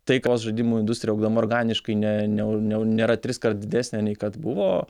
tai kos žaidimų industrija augdama organiškai ne ne ne nėra triskart didesnė nei kad buvo